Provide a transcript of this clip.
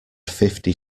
fifty